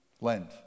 Lent